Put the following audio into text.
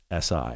SI